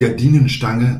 gardinenstange